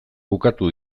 bukatu